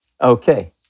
Okay